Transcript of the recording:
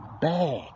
bad